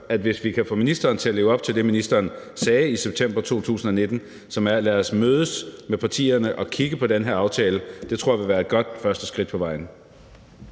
at hvis vi kan få ministeren til at leve op til det, ministeren sagde i september 2019, nemlig at partierne skulle mødes og kigge på den her aftale, så ville det være et godt første skridt på vejen.